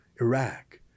Iraq